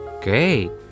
Great